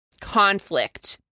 conflict